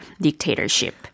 dictatorship